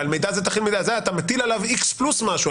ועל מידע זה אז אתה מטיל עליו X פלוס משהו,